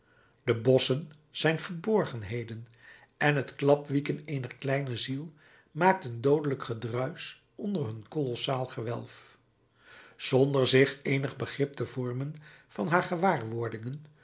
de bosschen zijn verborgenheden en het klapwieken eener kleine ziel maakt een doodelijk gedruisch onder hun kolossaal gewelf zonder zich eenig begrip te vormen van haar gewaarwordingen